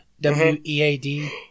W-E-A-D